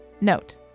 Note